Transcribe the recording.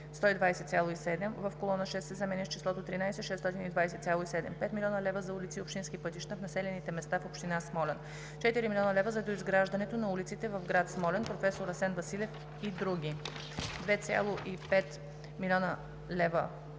120,7“ в колона 6 се заменя с числото „13 620,7“. - 5 млн. лв. за улици и общински пътища в населените места в община Смолян; - 4 млн. лв. за доизграждането на улиците в град Смолян – „Проф. Асен Василев“ и други; - 2,5 млн. лв.